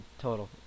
total